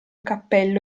cappello